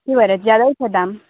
त्यो भएर ज्यादै छ दाम